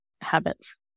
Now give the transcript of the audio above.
habits